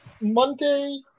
monday